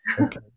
Okay